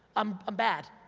um i'm bad,